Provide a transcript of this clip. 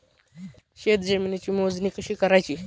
शेत जमिनीची मोजणी कशी करायची?